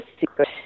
secret